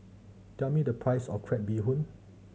tell me the price of crab bee hoon